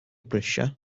brysia